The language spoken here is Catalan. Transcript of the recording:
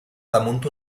damunt